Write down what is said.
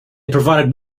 provided